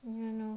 you don't know